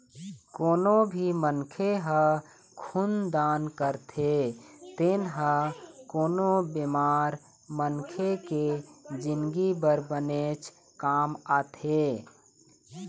कोनो भी मनखे ह खून दान करथे तेन ह कोनो बेमार मनखे के जिनगी बर बनेच काम आथे